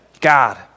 God